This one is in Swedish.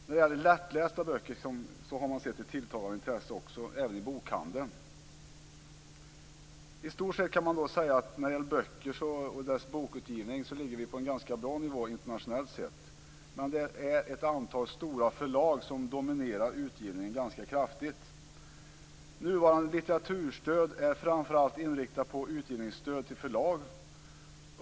När det gäller lättlästa böcker har man sett ett tilltagande intresse även i bokhandeln. I stort sett kan man säga att vi ligger på en ganska bra nivå internationellt sett när det gäller böcker och bokutgivning, men det är ett antal stora förlag som dominerar utgivningen ganska kraftigt. Nuvarande litteraturstöd är framför allt inriktat på utgivningsstöd till förlag.